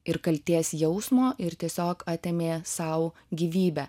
ir kaltės jausmo ir tiesiog atėmė sau gyvybę